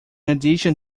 addition